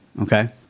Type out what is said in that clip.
okay